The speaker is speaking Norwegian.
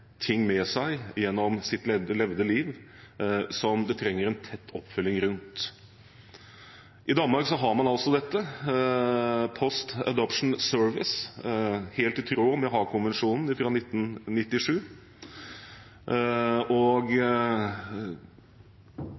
ting med seg gjennom sitt levde liv som de trenger en tett oppfølging rundt. I Danmark har man altså Post Adoption Service, helt i tråd med Haagkonvensjonen fra 1997.